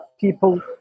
people